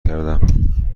کردم